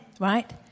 right